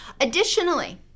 additionally